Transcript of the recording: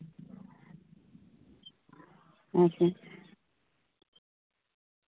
ᱟᱪᱪᱷᱟ